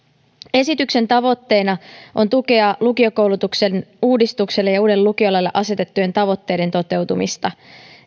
esityksen tavoitteena on tukea lukiokoulutuksen uudistukselle ja ja uudelle lukiolaille asetettujen tavoitteiden toteutumista